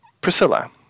Priscilla